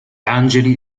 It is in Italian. angeli